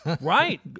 right